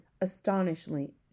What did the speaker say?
astonishingly